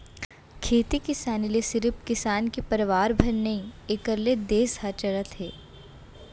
खेती किसानी ले सिरिफ किसान के परवार भर नही एकर ले देस ह चलत हे